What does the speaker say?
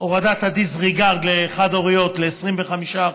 להורדת ה-disregard לחד-הוריות ל-25%.